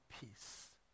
peace